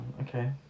okay